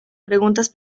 preguntas